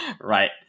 right